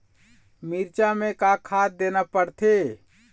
मिरचा मे का खाद देना पड़थे?